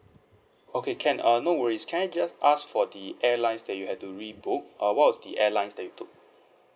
okay can uh no worries can I just ask for the airlines that you had to rebook uh what was the airlines that you took